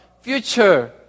future